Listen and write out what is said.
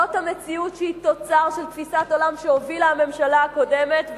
זאת המציאות שהיא תוצר של תפיסת עולם שהובילה הממשלה הקודמת,